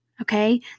Okay